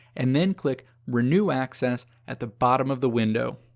and then click renew access at the bottom of the window.